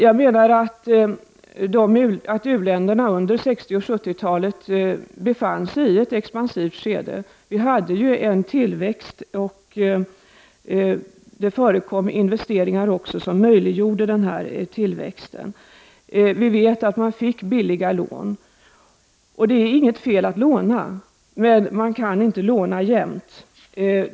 Jag menar att u-länderna under 60 och 70-talen befann sig i ett expansivt skede. Det fanns en tillväxt och det förekom också investeringar som möjliggjorde denna tillväxt. Vi vet att man fick billiga lån. Det är inte fel att låna, men man kan inte låna jämt.